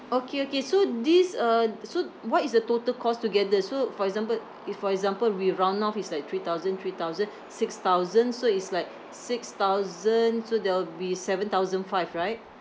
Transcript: okay okay so this uh so what is the total cost together so for example if for example we round off is like three thousand three thousand six thousand so is like six thousand so that will be seven thousand five right